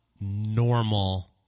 normal